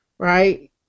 right